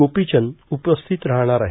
गोपीचंद उपस्थित राहणार आहे